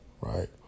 right